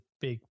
big